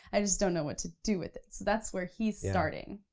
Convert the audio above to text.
i just don't know what to do with it. so that's where he's starting.